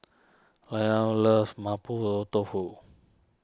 Layla loves Mapo Tofu